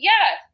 Yes